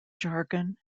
jargon